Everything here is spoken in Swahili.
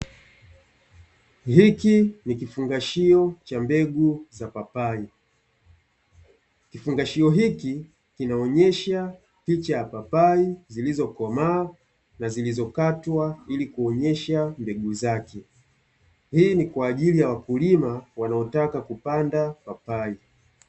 Hiki ni kifungashio cha mbegu za papai, kifungashio hiki kinaonyesha picha ya papai zilizokomaa na zilizokatwa ili kuonyesha mbegu zake. Hii ni kwa ajili ya wakulima wanaotaka kupanda papai.